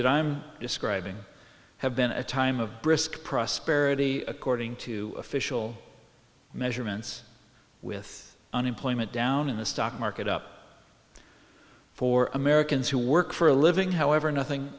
that i'm describing have been a time of brisk prosperity according to official measurements with unemployment down in the stock market up for americans who work for a living however nothing